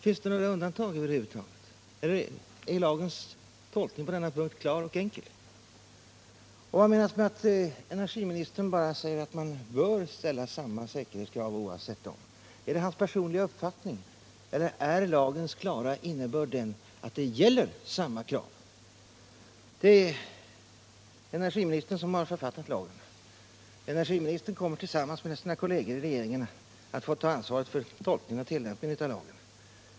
Finns det över huvud taget några undantag, eller är lagens tolkning på denna punkt klar och enkel? Och vad menas med att energiministern bara säger att man ”bör” ställa samma säkerhetskrav oavsett var förvaringen sker? Är det hans personliga uppfattning eller är lagens klara innebörd den att samma krav gäller? Det är energiministern som har författat lagen, och han kommer tillsammans med sina kolleger i regeringen att få ta ansvaret för tolkningen och tillämpningen av den.